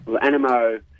Animo